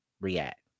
react